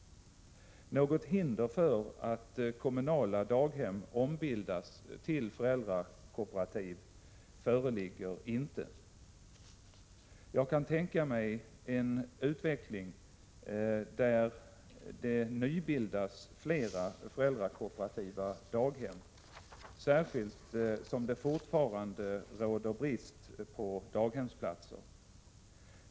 Något formellt hinder för att kommunala daghem ombildas till föräldrakooperativ föreligger inte. Jag kan tänka mig en utveckling där det nybildas flera föräldrakooperativa daghem särskilt som det fortfarande råder brist på daghemsplatser.